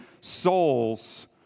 souls